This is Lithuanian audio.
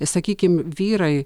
sakykim vyrai